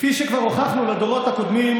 כפי שכבר הוכחנו בדורות הקודמים,